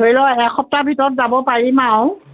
ধৰি লওক এসপ্তাহ ভিতৰত যাব পাৰিম আৰু